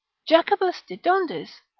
jacobus de dondis,